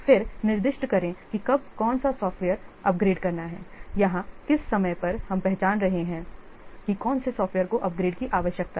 फिर निर्दिष्ट करें कि कब कौन सा सॉफ़्टवेयर अपग्रेड करना है यहाँ किस समय पर हम पहचान रहे हैं कि कौन से सॉफ़्टवेयर को अपग्रेड की आवश्यकता है